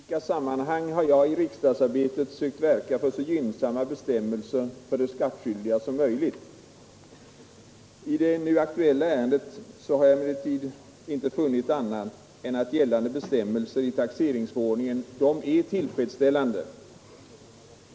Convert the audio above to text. Herr talman! I olika sammanhang har jag i riksdagsarbetet sökt verka för så gynnsamma bestämmelser för de skattskyldiga som möjligt. I det nu aktuella ärendet har jag emellertid inte funnit annat än att gällande bestämmelser i taxeringsförordningen är tillfredsställande.